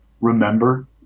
remember